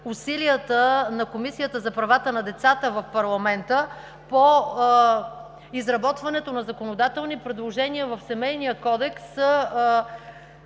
усилията на Комисията за правата на децата в парламента по изработването на законодателни предложения в Семейния кодекс,